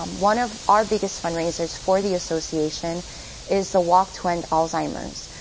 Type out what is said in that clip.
um one of our biggest fund raisers for the association is the walk to tend alzheimer's.